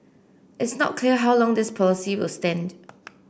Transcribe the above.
it's not clear how long this policy will stand